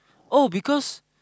oh because